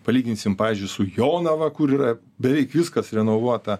palyginsim pavyzdžiui su jonava kur yra beveik viskas renovuota